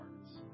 hearts